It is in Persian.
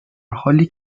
حالی